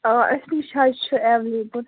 آ اَسہِ نِش حظ چھِ ایٚویلیبُل